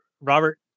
Robert